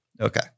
Okay